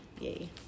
Yay